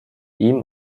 ihm